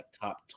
top